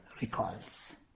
recalls